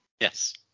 Yes